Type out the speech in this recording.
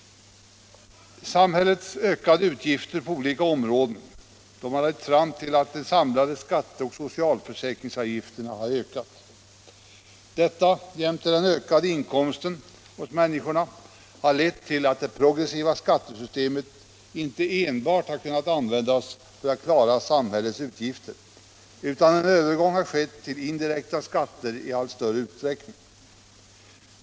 Samhällets ökade utgifter på olika områden har lett fram till att de samlade skatteoch socialförsäkringsavgifterna har ökat. Detta — jämte människors ökade inkomster — har lett till att det progressiva skattesystemet inte enbart har kunnat användas för att klara samhällets utgifter, utan en övergång har fått ske till indirekta skatter i allt större utsträckning.